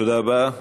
תודה רבה.